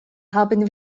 haben